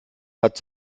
hat